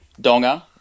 Donga